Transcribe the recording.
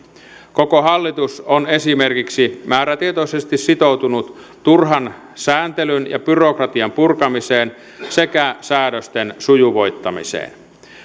koko hallitus on esimerkiksi määrätietoisesti sitoutunut turhan sääntelyn ja byro kratian purkamiseen sekä säädösten sujuvoittamiseen